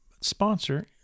sponsor